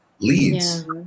leads